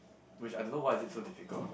which I don't know why is it so difficult